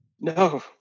No